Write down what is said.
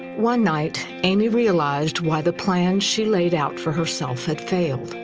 one night amy realized why the plan she laid out for herself had failed.